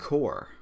Core